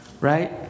Right